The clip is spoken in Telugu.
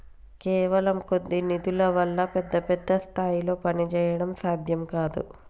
కేవలం కొద్ది నిధుల వల్ల పెద్ద పెద్ద స్థాయిల్లో పనిచేయడం సాధ్యం కాదు